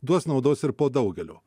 duos naudos ir po daugelio